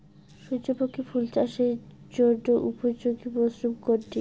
সূর্যমুখী ফুল চাষের জন্য উপযোগী মরসুম কোনটি?